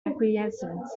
acquiescence